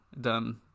done